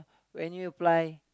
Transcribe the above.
when you apply